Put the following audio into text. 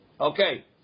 okay